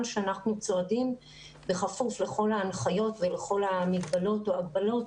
שאנחנו צועדים בכפוף לכל ההנחיות ולכל המגבלות או ההגבלות,